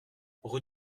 rue